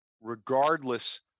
Regardless